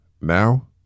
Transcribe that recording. now